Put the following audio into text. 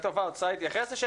הבנתי.